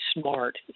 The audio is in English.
smart